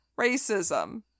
racism